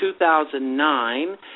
2009